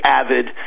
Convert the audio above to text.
avid